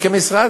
כמשרד,